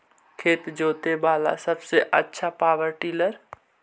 खेत जोते बाला सबसे आछा पॉवर टिलर?